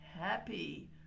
happy